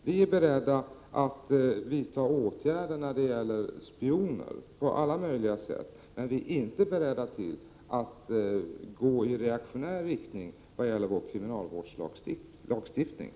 Vi är beredda att vidta åtgärder när det gäller spioner på alla möjliga sätt, men vi är inte beredda att gå i reaktionär riktning vad gäller kriminalvårdslagstiftningen.